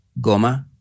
Goma